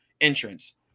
entrance